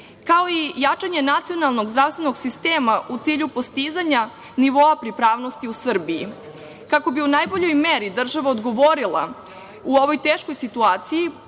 kao i jačanje nacionalnog zdravstvenog sistema u cilju postizanja nivoa pripravnosti u Srbiji. Kako bi u najboljoj meri država odgovorila u ovoj teškoj situaciji,